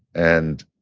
and